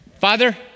Father